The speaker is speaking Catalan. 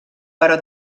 però